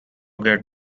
get